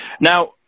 Now